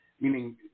meaning